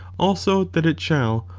also that it shall,